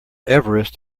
everest